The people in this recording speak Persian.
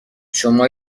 شما